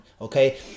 Okay